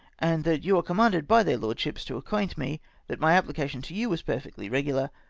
and that you are commanded by their lordships to acquaint me that my application to you was perfectly regular,